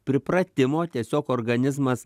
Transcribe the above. pripratimo tiesiog organizmas